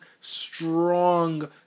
strong